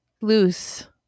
loose